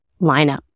lineup